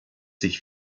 sich